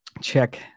check